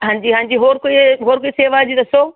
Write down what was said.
ਹਾਂਜੀ ਹਾਂਜੀ ਹੋਰ ਕੋਈ ਅ ਹੋਰ ਕੋਈ ਸੇਵਾ ਹੈ ਜੀ ਦੱਸੋ